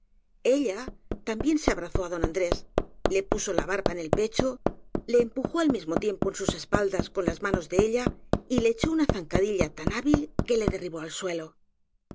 ella también se abrazó á don andrés le puso la barba en el pecho le empujó al mismo tiempo en sus espaldas con las manos de ella y le echó una zancadilla tan hábil que le derribó al suelo